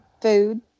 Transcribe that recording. food